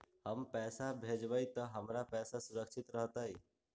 हम पैसा भेजबई तो हमर पैसा सुरक्षित रहतई?